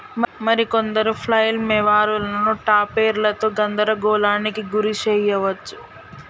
మరి కొందరు ఫ్లైల్ మోవరులను టాపెర్లతో గందరగోళానికి గురి శెయ్యవచ్చు